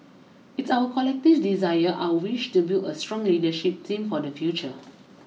it's our collective desire our wish to build a strong leadership team for the future